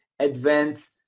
advanced